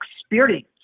experience